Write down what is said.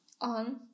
on